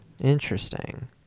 Interesting